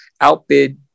outbid